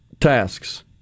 tasks